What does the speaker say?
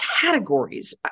categories